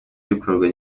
bikorwa